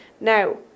now